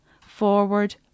forward